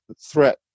threat